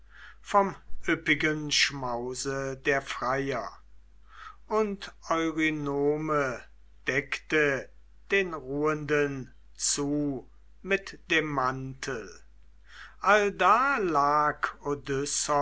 vom üppigen schmause der freier und eurynome deckte den ruhenden zu mit dem mantel allda lag